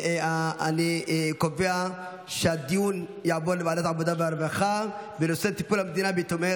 אני קובע שהדיון בנושא טיפול המדינה ביתומי